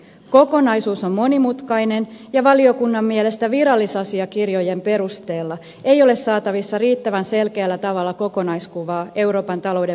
kokonaisuus on monimutkainen ja valiokunnan mielestä virallisasiakirjojen perusteella ei ole saatavissa riittävän selkeällä tavalla kokonaiskuvaa euroopan talouden vakausjärjestelyistä